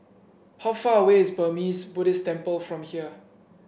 how far away is Burmese Buddhist Temple from here